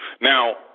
Now